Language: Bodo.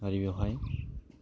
आरो बेवहाय